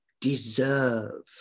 deserve